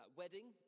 wedding